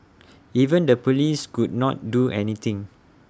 even the Police could not do anything